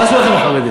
מה עשו לכם החרדים?